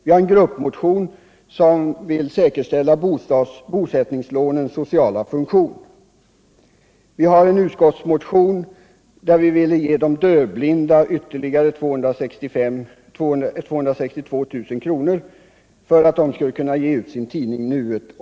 Vi har en gruppmotion som vill säkerställa bosättningslånens sociala funktion, och vi har en utskottsmotion där vi vill ge de dövblinda ytterligare 262 000 kr., så att de kan ge ut sin tidning Nuet.